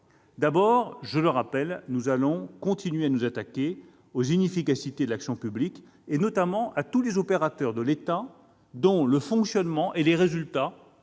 d'abord, je le rappelle, nous allons continuer à nous attaquer aux inefficacités de l'action publique, notamment à tous les opérateurs de l'État dont le fonctionnement et les résultats